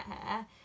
hair